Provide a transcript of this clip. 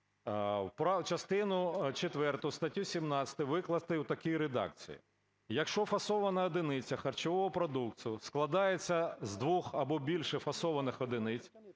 Частину четверту статті 17 викласти у такий редакції: "Якщо фасована одиниця харчового продукту складається з двох або більше фасованих одиниць,